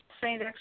Saint